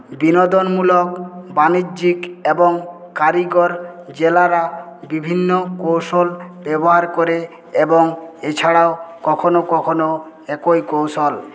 বিনোদনমূলক বাণিজ্যিক এবং কারিগর জেলেরা বিভিন্ন কৌশল ব্যবহার করে এবং এছাড়াও কখনো কখনো একই কৌশল